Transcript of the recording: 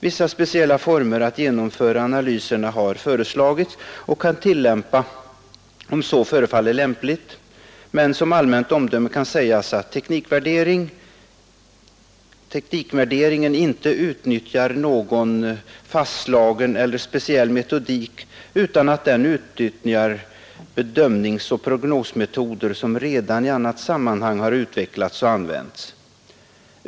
Vissa speciella former att genomföra analyserna har föreslagits och kan tillämpas om så förefaller lämpligt, men som allmänt omdöme kan sägas att teknikvärderingen inte utnyttjar någon fastslagen eller speciell metodik utan att den utnyttjar bedömningsoch prognosmetoder som redan i annat sammanhang har utvecklats och använts.